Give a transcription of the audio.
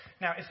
now